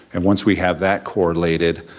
and once we have that correlated,